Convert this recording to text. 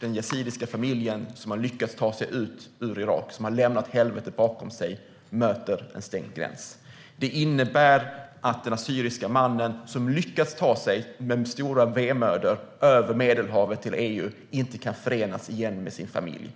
den yazidiska familjen som lyckats ta sig ut ur Irak, som har lämnat helvetet bakom sig, möter en stängd gräns. Det innebär att den assyriske mannen som med stora vedermödor lyckats ta sig över Medelhavet till EU inte kan återförenas med sin familj.